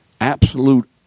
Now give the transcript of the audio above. absolute